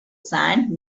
sand